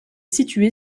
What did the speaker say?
situé